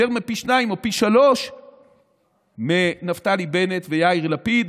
יותר מפי שניים או פי שלושה מנפתלי בנט ויאיר לפיד.